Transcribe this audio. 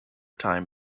time